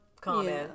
comment